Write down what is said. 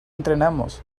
entrenamos